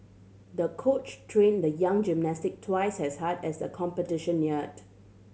the coach trained the young gymnast twice as hard as the competition neared